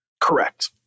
Correct